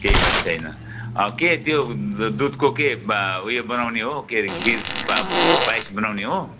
केही बात छैन अँ के त्यो दुधको के बा ऊ यो बनाउने हो के अरे खिर पायस बनाउने हो